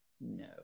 no